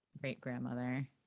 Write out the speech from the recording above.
great-grandmother